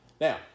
Now